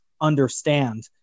understand